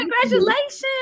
congratulations